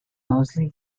moseley